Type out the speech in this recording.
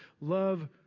love